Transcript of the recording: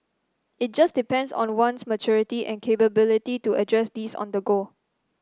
it just depends on one's maturity and capability to address these on the go